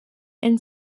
and